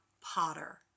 potter